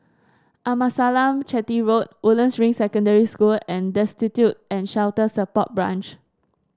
Amasalam Chetty Road Woodlands Ring Secondary School and Destitute and Shelter Support Branch